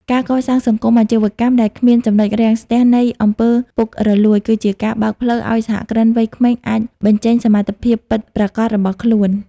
ការកសាងសង្គមអាជីវកម្មដែលគ្មាន ចំណុចរាំងស្ទះ នៃអំពើពុករលួយ គឺជាការបើកផ្លូវឱ្យសហគ្រិនវ័យក្មេងអាចបញ្ចេញសមត្ថភាពពិតប្រាកដរបស់ខ្លួន។